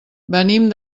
venim